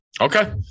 Okay